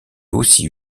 aussi